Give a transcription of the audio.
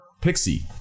Pixie